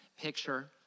picture